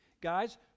Guys